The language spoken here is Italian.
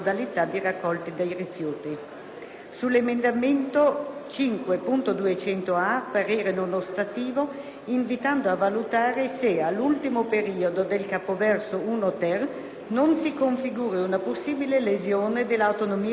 sull'emendamento 5.200a parere non ostativo, invitando a valutare se, all'ultimo periodo del capoverso 1-*ter*, non si configuri una possibile lesione dell'autonomia tributaria degli enti locali;